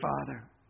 Father